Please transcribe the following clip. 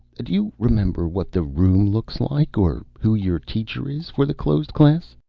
do you remember what the room looks like, or who your teacher is for the closed class?